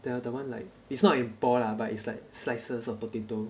the the one like it's not in ball lah but it's like slices of potato